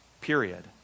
period